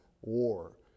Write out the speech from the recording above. war